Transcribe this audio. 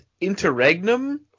interregnum